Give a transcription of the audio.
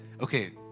okay